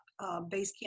basecamp